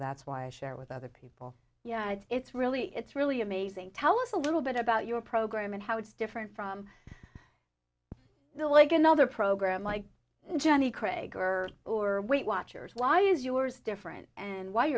that's why i share with other people it's really it's really amazing tell us a little bit about your program and how it's different from the like another program like jenny craig or or weight watchers why is yours different and why